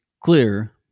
clear